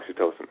oxytocin